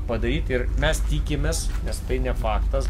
padaryti ir mes tikimės nes tai ne faktas